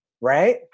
Right